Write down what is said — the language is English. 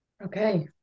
Okay